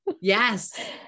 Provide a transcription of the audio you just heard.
Yes